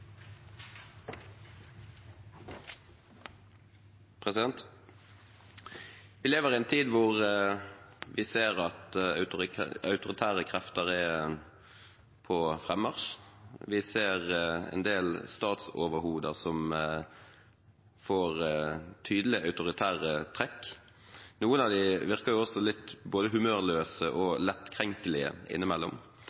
vedtatt. Vi lever i en tid hvor vi ser at autoritære krefter er på fremmarsj, og vi ser en del statsoverhoder som får tydelig autoritære trekk. Noen av dem virker også litt humørløse og